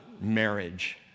marriage